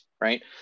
Right